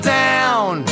down